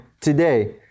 today